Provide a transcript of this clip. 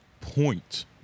point